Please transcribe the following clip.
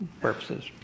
purposes